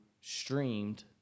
streamed